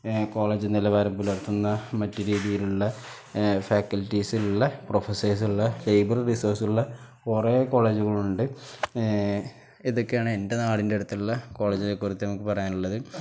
college നിലവാരം പുലർത്തുന്ന മറ്റ് രീതിയിലുള്ള ഫാക്കൽറ്റീസുള്ള പ്രൊഫസേഴ്സുള്ള ലേബർ റിസോഴ്സുള്ള കുറേ കോളേജുകളുണ്ട് ഇതൊക്കെയാണ് എൻ്റെ നാടിൻ്റെ അടുത്തുള്ള കോളേജുകളെക്കുറിച്ച് നമുക്ക് പറയാനുള്ളത്